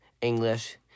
English